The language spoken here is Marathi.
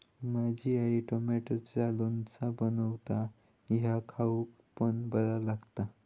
माझी आई टॉमॅटोचा लोणचा बनवता ह्या खाउक पण बरा लागता